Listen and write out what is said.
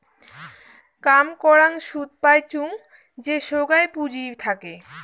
কাম করাং সুদ পাইচুঙ যে সোগায় পুঁজি থাকে